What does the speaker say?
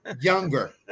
younger